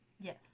Yes